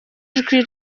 ijwi